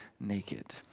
naked